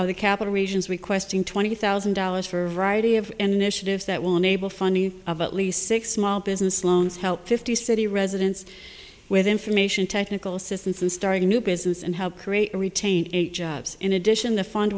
or the capital regions requesting twenty thousand dollars for a variety of initiatives that will enable funny of at least six small business loans help fifty city residents with information technical assistance in starting a new business and how create retain jobs in addition the fund